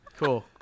Cool